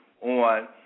on